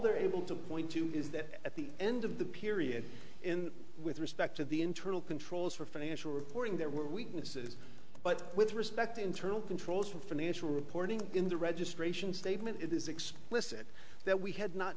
they're able to point to is that at the end of the period in with respect to the internal controls for financial reporting there were weaknesses but with respect to internal controls for financial reporting in the registration statement it is explicit that we had not